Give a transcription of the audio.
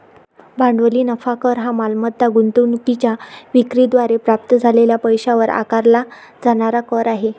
भांडवली नफा कर हा मालमत्ता गुंतवणूकीच्या विक्री द्वारे प्राप्त झालेल्या पैशावर आकारला जाणारा कर आहे